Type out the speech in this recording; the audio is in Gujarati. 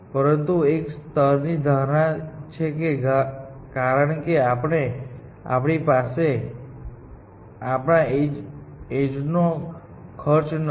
પરંતુ એક સ્તરની ધારણા છે કારણ કે આપણી પાસે આપણામાં એજ નો ખર્ચ નથી